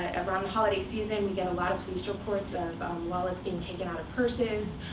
around the holiday season, we get a lot of police reports of wallets being taken out of purses,